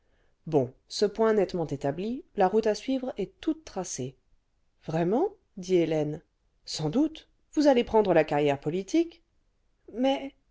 bon ce point nettement établi la route à suivre est toute tracée vraiment dit hélène sans doute vous allez prendre la carrière politique mais